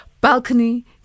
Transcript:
balcony